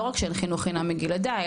לא רק שאין חינוך חינם מגיל לידה,